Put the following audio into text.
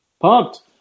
Pumped